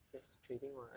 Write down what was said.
there's trading [what]